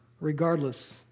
regardless